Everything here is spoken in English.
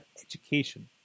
education